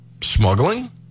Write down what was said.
smuggling